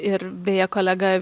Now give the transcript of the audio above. ir beje kolega